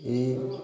ই